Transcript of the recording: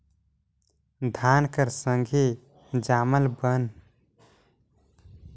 धान कर संघे जामल बन मन ल मारे बर चहे बगरा धान ल थोरहे करे बर धान कर खेत मे पानी भइर के ओला बियासी नांगर मे जोएत देथे